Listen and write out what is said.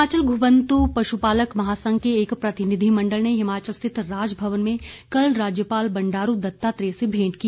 हिमाचल घुमंतू पशुपालक महासंघ के एक प्रतिनिधिमंडल ने शिमला स्थित राजभवन में कल राज्यपाल बंडारू दत्तात्रेय से भेंट की